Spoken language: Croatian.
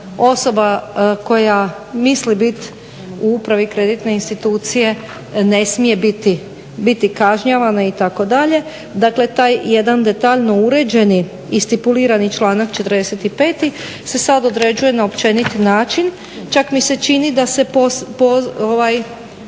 osoba koja misli biti u Upravi kreditne institucije ne smije biti kažnjavana itd. Dakle, taj jedan detaljno uređeni i stipulirani članak 45. se sad određuje na općeniti način. Čak mi se čini da se poziva